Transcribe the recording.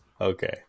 okay